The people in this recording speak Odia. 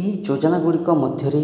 ଏହି ଯୋଜନା ଗୁଡ଼ିକ ମଧ୍ୟରେ